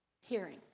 hearing